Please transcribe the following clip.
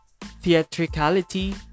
theatricality